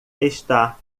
está